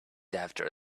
after